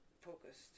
focused